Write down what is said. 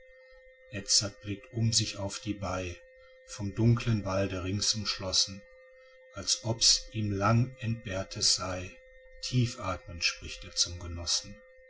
edzard blickt um sich auf die bai von dunklem walde rings umschlossen als ob's ihm lang entbehrtes sei tief athmend spricht er zum genossen